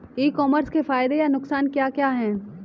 ई commerce के फायदे या नुकसान क्या क्या हैं?